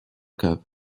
cave